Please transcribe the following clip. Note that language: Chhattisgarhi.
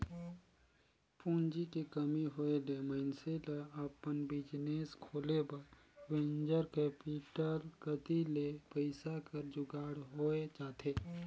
पूंजी के कमी होय ले मइनसे ल अपन बिजनेस खोले बर वेंचर कैपिटल कती ले पइसा कर जुगाड़ होए जाथे